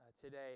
today